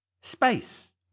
Space